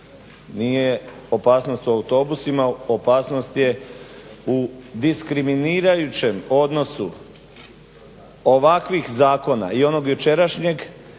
Nije opasnost u autobusima, opasnost je u diskriminirajućem odnosu ovakvih zakona i onog jučerašnjeg